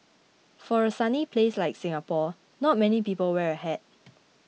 for a sunny place like Singapore not many people wear a hat